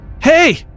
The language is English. Hey